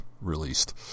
released